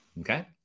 Okay